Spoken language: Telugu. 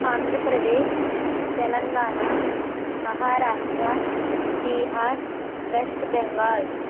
ఆంధ్రప్రదేశ్ తెలంగాణ మహారాష్ట్ర బీహార్ వెస్ట్ బెంగాల్